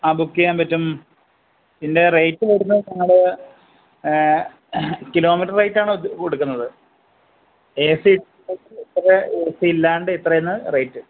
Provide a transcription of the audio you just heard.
ആ ബുക്ക് ചെയ്യാന് പറ്റും ഇതിൻറ്റെ റേയ്റ്റ് വരുന്നത് ഞങ്ങളുടെ കിലോമീറ്റർ റേറ്റാണ് കൊടുക്കുന്നത് ഏ സി ഇട്ടിട്ടിത്രയെന്നും ഏ സി ഇല്ലാതെ ഇത്രയെന്നും റേയ്റ്റ്